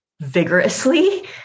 vigorously